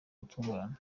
gutungana